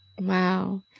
Wow